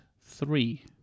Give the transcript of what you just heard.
three